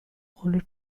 only